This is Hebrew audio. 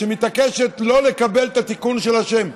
מתעקשת שלא לקבל את התיקון של השם.